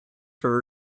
for